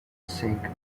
sink